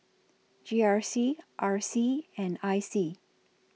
G R C R C and I C